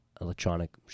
electronic